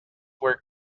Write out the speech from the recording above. were